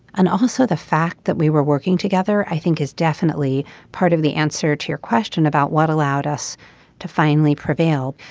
and also the fact that we were working together i think is definitely part of the answer to your question about what allowed us to finally prevail.